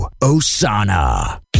Osana